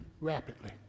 rapidly